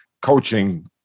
coaching